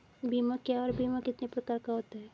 बीमा क्या है और बीमा कितने प्रकार का होता है?